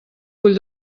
vull